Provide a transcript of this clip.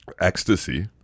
ecstasy